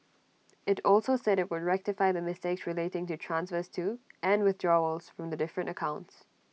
IT also said IT would rectify the mistakes relating to transfers to and withdrawals from the different accounts